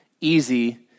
easy